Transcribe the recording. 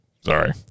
sorry